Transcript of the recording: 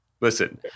listen